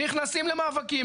נכנסים למאבקים,